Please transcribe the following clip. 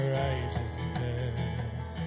righteousness